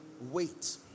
wait